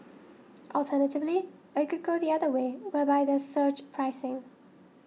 alternatively it could go the other way whereby there's surge pricing